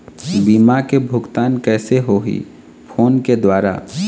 बीमा के भुगतान कइसे होही फ़ोन के द्वारा?